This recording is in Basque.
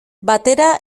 batera